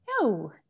No